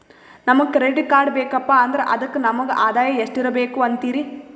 ನಮಗ credit card ಬೇಕಪ್ಪ ಅಂದ್ರ ಅದಕ್ಕ ನಮಗ ಆದಾಯ ಎಷ್ಟಿರಬಕು ಅಂತೀರಿ?